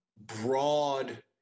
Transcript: broad